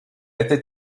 était